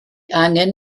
angen